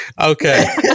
Okay